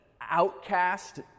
outcast